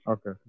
Okay